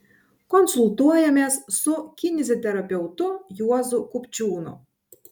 konsultuojamės su kineziterapeutu juozu kupčiūnu